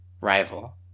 rival